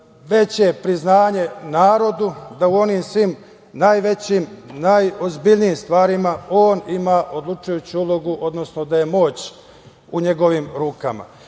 najveće priznanje narodu da u onim svim najvećim, najozbiljnijim stvarima on ima odlučujuću ulogu, odnosno da je moć u njegovim rukama